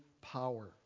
power